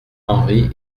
henri